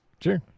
Sure